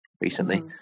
recently